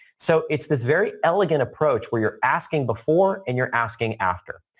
so, it's this very elegant approach where you're asking before and you're asking after.